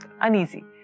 uneasy